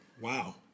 Wow